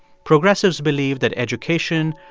progressives believed that education,